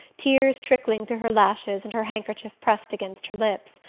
tears trickling through her lashes and her handkerchief pressed against her lips.